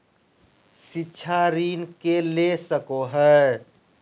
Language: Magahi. शिक्षा ऋण के ले सको है?